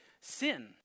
sin